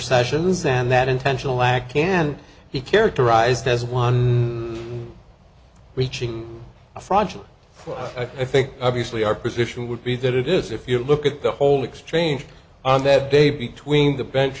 sessions and that intentional act can be characterized as one reaching a fragile i think obviously our position would be that it is if you look at the whole exchange on that day between the bench